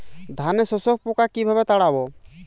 ধানে শোষক পোকা কিভাবে তাড়াব?